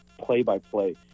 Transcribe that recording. play-by-play